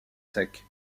sec